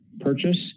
purchase